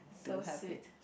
so sweet